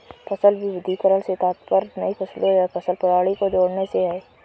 फसल विविधीकरण से तात्पर्य नई फसलों या फसल प्रणाली को जोड़ने से है